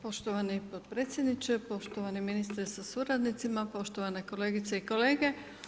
Poštovani potpredsjedniče, poštovani ministre sa suradnicima, poštovane kolegice i kolege.